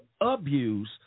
abuse